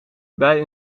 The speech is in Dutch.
bij